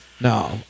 No